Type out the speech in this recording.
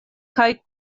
kaj